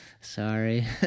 Sorry